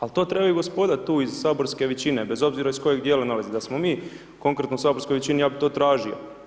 Ali to treba ova gospoda tu iz saborske većine, bez obzira iz kojeg dijela dolaze, da smo mi, konkretno u saborskoj većini, ja bi to tražio.